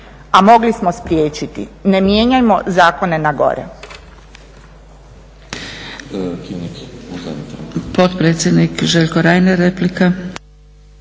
a mogli smo spriječiti. Ne mijenjajmo zakone na gore.